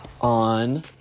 on